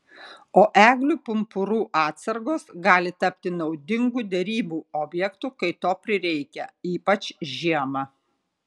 o eglių pumpurų atsargos gali tapti naudingu derybų objektu kai to prireikia ypač žiemą